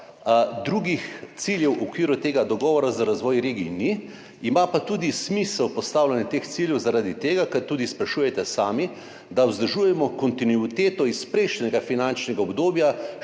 Drugih ciljev v okviru tega dogovora za razvoj regij ni, ima pa tudi smisel postavljanje teh ciljev zaradi tega, kar tudi sprašujete sami, da vzdržujemo kontinuiteto iz prejšnjega finančnega obdobja,